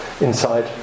inside